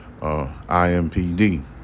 IMPD